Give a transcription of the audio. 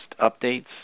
updates